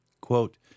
Quote